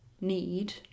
need